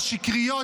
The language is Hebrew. השקריות,